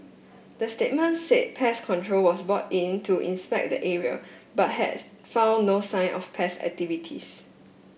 the statement said pest control was brought in to inspect the area but has found no sign of pest activities